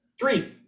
Three